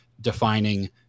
defining